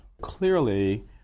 Clearly